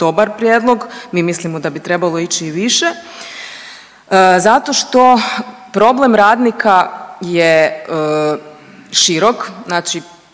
dobar prijedlog, mi mislimo da bi trebalo ići i više. Zato što problem radnika je širok, znači